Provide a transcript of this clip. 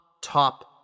top